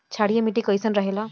क्षारीय मिट्टी कईसन रहेला?